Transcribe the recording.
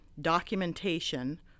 documentation